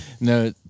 No